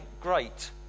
great